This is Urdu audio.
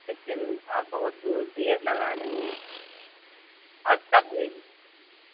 لیکن آپ بہت دور دیر لگا رہے ہیں اچھا بھیج